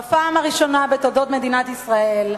בפעם הראשונה בתולדות מדינת ישראל,